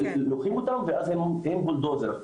לוקחים אותם והן בולדוזר,